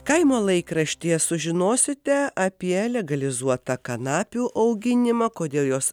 kaimo laikraštyje sužinosite apie legalizuotą kanapių auginimą kodėl jos